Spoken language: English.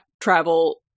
travel